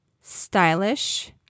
stylish